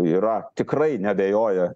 yra tikrai neabejoja